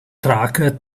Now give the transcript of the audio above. track